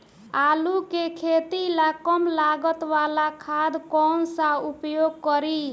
आलू के खेती ला कम लागत वाला खाद कौन सा उपयोग करी?